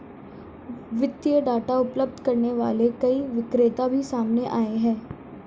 वित्तीय डाटा उपलब्ध करने वाले कई विक्रेता भी सामने आए हैं